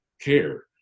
care